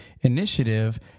initiative